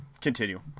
continue